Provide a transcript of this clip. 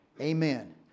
Amen